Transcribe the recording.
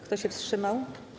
Kto się wstrzymał?